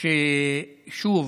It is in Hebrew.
ששוב